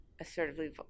assertively